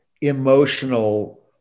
emotional